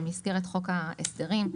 במסגרת חוק ההסדרים.